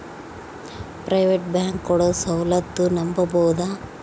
Private bank ಕೊಡೊ ಸೌಲತ್ತು ನಂಬಬೋದ?